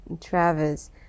Travis